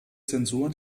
zensur